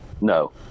no